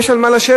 יש על מה לשבת.